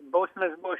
bausmės buvo